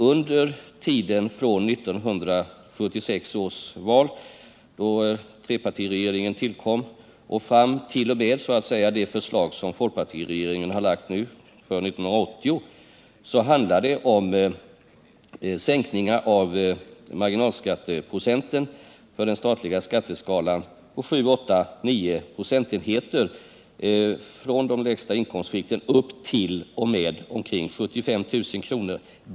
Under tiden från 1976 års val, då trepartiregeringen tillkom, och fram till tiden för det förslag som folkpartiregeringen nu har lagt fram för 1980 handlar det om sänkningar av marginalskatteprocenten avseende den statliga skatteskalan på 7, 8 eller 9 procentenheter för de lägsta inkomstskikten upp t.o.m. en inkomst på omkring 75 000 kr.